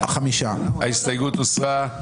הצבעה ההסתייגות לא התקבלה.